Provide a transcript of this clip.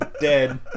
Dead